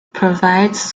provides